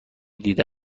دیده